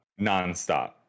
nonstop